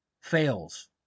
fails